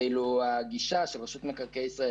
ואילו הגישה של רשות מקרקעי ישראל,